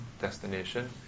destination